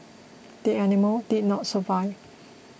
the animal did not survive